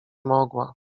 mogła